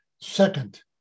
Second